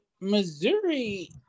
Missouri –